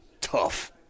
tough